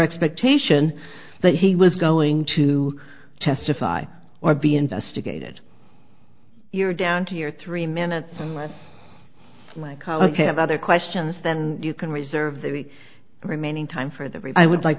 expectation that he was going to testify or be investigated you're down to your three minutes or less like ok have other questions then you can reserve the remaining time for the reply i would like